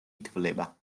ითვლება